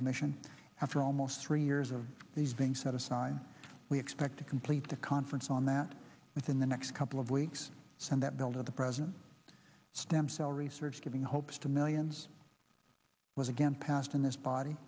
commission after almost three years of these being set aside we expect to complete a conference on that within the next couple of weeks send that bill to the president stem cell research giving hopes to millions was again passed in this body